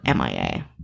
MIA